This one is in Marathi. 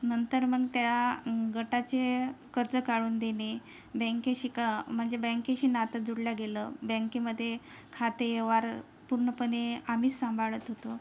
नंतर मग त्या गटाचे कर्ज काढून देणे बँकेशी का म्हणजे बँकेशी नातं जोडलं गेलं बँकेमध्ये खातेवार पूर्णपणे आम्ही सांभाळत होतो